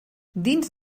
dins